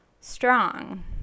strong